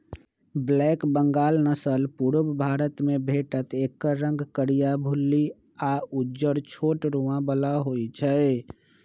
black Bengal नसल पुरुब भारतमे भेटत एकर रंग करीया, भुल्ली आ उज्जर छोट रोआ बला होइ छइ